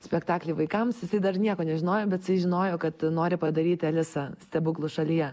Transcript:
spektaklį vaikams jisai dar nieko nežinojo bet jisai žinojo kad nori padaryti alisa stebuklų šalyje